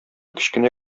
кечкенә